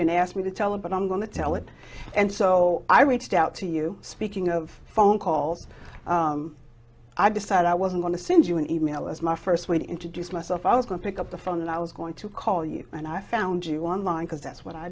don't ask me to tell it but i'm going to tell it and so i reached out to you speaking of phone calls i decided i wasn't going to send you an e mail as my first we introduced myself i was going pick up the phone and i was going to call you and i found you one line because that's what i